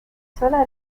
sola